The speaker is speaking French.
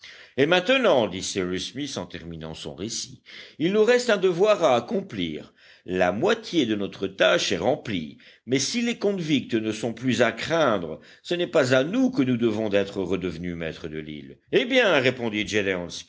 et maintenant dit cyrus smith en terminant son récit il nous reste un devoir à accomplir la moitié de notre tâche est remplie mais si les convicts ne sont plus à craindre ce n'est pas à nous que nous devons d'être redevenus maîtres de l'île eh bien répondit